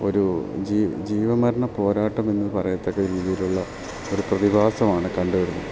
ഒരു ജീവൻമരണ പോരാട്ടം എന്ന് പറയത്തക്കെ രീതിയിലുള്ള ഒരു പ്രതിഭാസമാണ് കണ്ട് വരുന്നത്